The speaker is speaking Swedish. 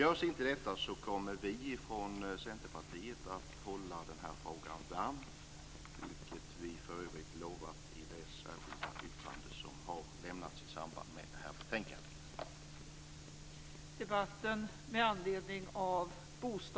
Görs inte detta kommer vi i Centerpartiet att så att säga hålla frågan varm, vilket vi för övrigt i det särskilda yttrandet i samband med detta betänkande har utlovat.